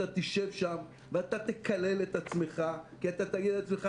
אתה תשב שם ותקלל את עצמך כי אתה תגיד לעצמך,